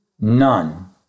None